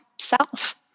self